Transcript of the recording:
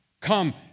Come